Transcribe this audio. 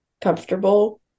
comfortable